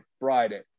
Friday